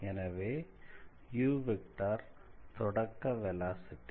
எனவே தொடக்க வெலாசிட்டி